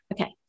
Okay